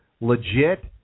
legit